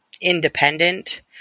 independent